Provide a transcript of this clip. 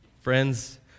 Friends